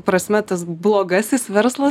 prasme tas blogasis verslas